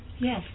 Yes